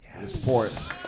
Yes